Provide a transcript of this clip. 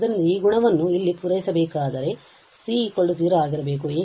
ಆದ್ದರಿಂದ ಈ ಗುಣವನ್ನು ಇಲ್ಲಿ ಪೂರೈಸಬೇಕಾದರೆ c0 ಆಗಿರಬೇಕು